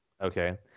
Okay